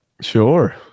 Sure